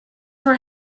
were